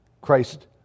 Christ